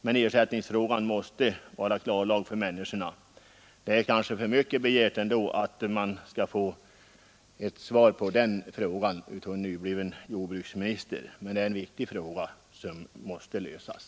Men ersättningsfrågan måste vara klarlagd för människorna. Det är kanske för mycket begärt att få ett svar av en nybliven jordbruksminister, men det är en viktig fråga som måste lösas.